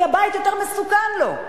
כי הבית יותר מסוכן לו,